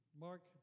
Mark